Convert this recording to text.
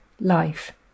life